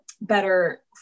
better